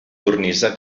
cornisa